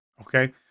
Okay